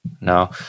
No